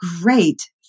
great